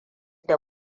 da